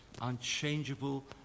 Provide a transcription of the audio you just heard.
unchangeable